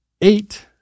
eight